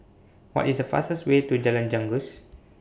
What IS The fastest Way to Jalan Janggus